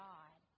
God